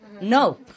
No